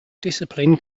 discipline